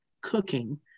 cooking